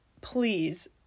please